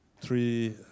three